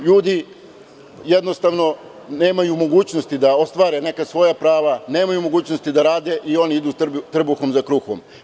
Ljudi jednostavno nemaju mogućnosti da ostvare neka svoja prava, nemaju mogućnosti da rade i oni idu trbuhom za kruhom.